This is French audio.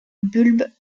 bulbes